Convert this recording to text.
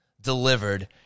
delivered